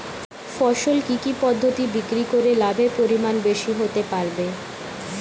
ফসল কি কি পদ্ধতি বিক্রি করে লাভের পরিমাণ বেশি হতে পারবে?